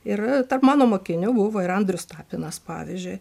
ir tarp mano mokinių buvo ir andrius tapinas pavyzdžiui